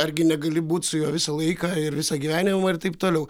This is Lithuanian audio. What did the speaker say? argi negali būt su juo visą laiką ir visą gyvenimą ir taip toliau